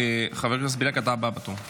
חבר הכנסת בליאק, אתה הבא בתור.